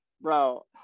bro